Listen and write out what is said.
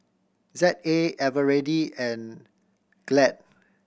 Z A Eveready and Glad